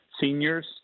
seniors